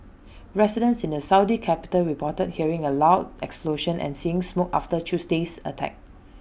residents in the Saudi capital reported hearing A loud explosion and seeing smoke after Tuesday's attack